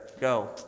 Go